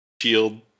shield